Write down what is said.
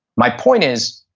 my point is